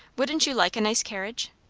wouldn't you like a nice carriage?